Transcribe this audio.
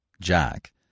Jack